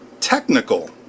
technical